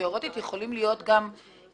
תיאורטית יכולים להיות אנשים